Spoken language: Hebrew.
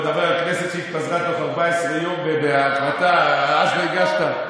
אתה מדבר על כנסת שהתפזרה בתוך 14 יום ובהחלטה רעה שהגשת.